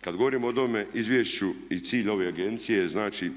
Kad govorimo o onome izvješću i cilj ove agencije znači